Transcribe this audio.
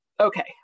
Okay